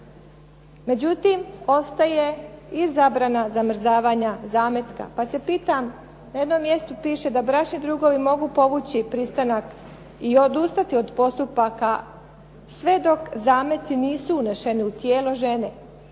Međutim, ostaje i zabrana zamrzavanja zametka, pa se pitam na jednom mjestu piše da bračni ddrugovi mogu povući pristanak i odustati od postupka sve dok zameci nisu unešeni u tijelo žene.